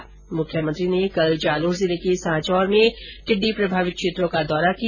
वहीं मुख्यमंत्री ने कल जालौर जिले के सांचौर में टिड्डी प्रभावित क्षेत्रों का दौरा किया